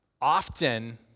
Often